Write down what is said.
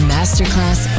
Masterclass